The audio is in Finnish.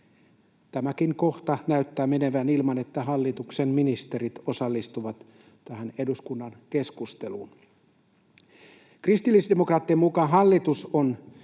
tämäkin kohta näyttää menevän ilman, että hallituksen ministerit osallistuvat tähän eduskunnan keskusteluun. Kristillisdemokraattien mukaan hallitus on